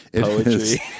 poetry